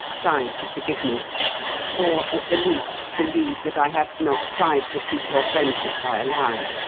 try to forgive me or, at the least, believe that i have not tried to keep your friendship by a lie,